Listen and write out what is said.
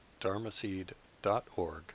dharmaseed.org